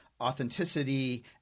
authenticity